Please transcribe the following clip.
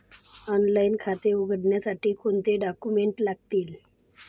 Online खाते उघडण्यासाठी कोणते डॉक्युमेंट्स लागतील?